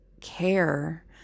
care